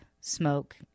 smoke